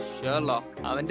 Sherlock